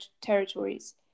territories